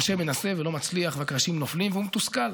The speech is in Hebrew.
משה מנסה ולא מצליח, והקרשים נופלים והוא מתוסכל.